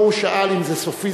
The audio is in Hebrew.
הוא שאל אם זה סופי,